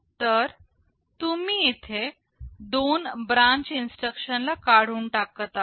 तर तुम्ही इथे दोन ब्रांच इन्स्ट्रक्शन ला काढून टाकत आहे